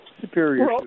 Superior